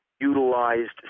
utilized